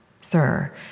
Sir